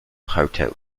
hotel